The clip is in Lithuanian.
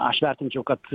aš vertinčiau kad